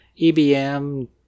EBM